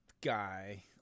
guy